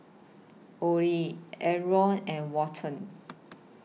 Ollie Aron and Walton